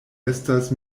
estas